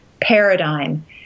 paradigm